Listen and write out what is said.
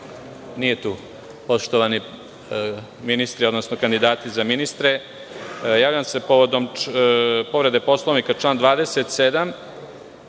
nije tu, poštovani ministri, odnosno kandidati za ministre, javljam se povodom povrede Poslovnika, član 27,